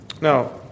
Now